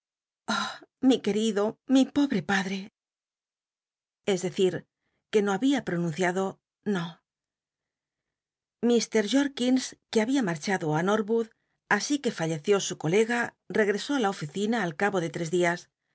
mi querido mi pobre padre es decir que no había pronunciado no mr jol'lüns que habitt marchado i norwood así que falleció su colega regresó á la oficina al cabo de tres dias